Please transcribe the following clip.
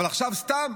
אבל עכשיו סתם.